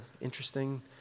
interesting